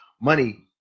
money